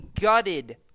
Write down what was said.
gutted